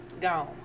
gone